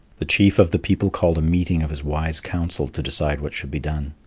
the chief of the people called a meeting of his wise council to decide what should be done.